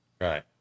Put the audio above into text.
Right